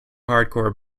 hardcore